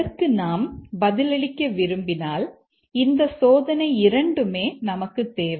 அதற்கு நாம் பதிலளிக்க விரும்பினால் இந்த சோதனை இரண்டுமே நமக்குத் தேவை